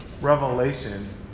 revelation